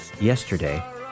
yesterday